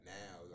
now